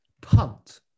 Punt